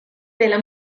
della